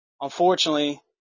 Unfortunately